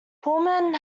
pullman